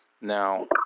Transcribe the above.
Now